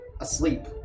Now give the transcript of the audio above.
asleep